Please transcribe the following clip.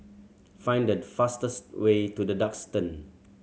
find the fastest way to The Duxton